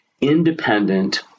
independent